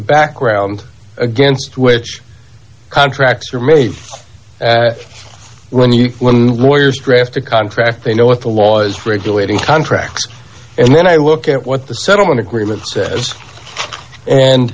background against which contracts are made when you when lawyers draft a contract they know what the laws regulating contracts and then i look at what the settlement agreement